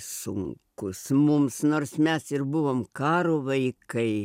sunkus mums nors mes ir buvom karo vaikai